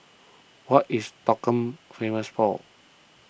what is Stockholm famous for